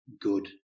good